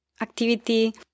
activity